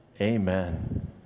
Amen